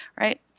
right